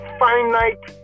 finite